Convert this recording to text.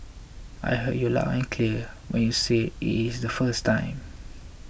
I heard you loud and clear when you said it is the first time